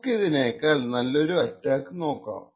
നമുക്കിതിനെക്കാൾ നല്ലൊരു അറ്റാക്ക് നോക്കാം